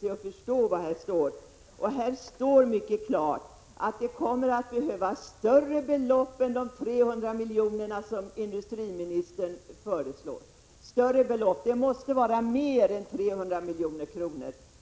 jag förstår vad jag läser. Det står mycket klart i betänkandet att det kommer att behövas större belopp än de 300 milj.kr. som industriministern föreslår. ”Större belopp” måste vara mer än 300 milj.kr.